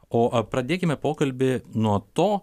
o pradėkime pokalbį nuo to